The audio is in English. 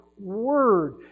Word